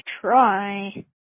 try